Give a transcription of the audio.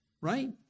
right